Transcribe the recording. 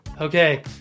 Okay